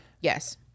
yes